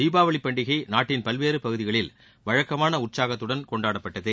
தீபாவளி பண்டிகை நாட்டின் பல்வேறு பகுதிகளில் வழக்கமான உற்சாகத்துடன் கொண்டாடப்பட்டது